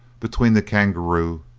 between the kangaroo,